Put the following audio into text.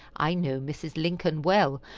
i know mrs. lincoln well,